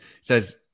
says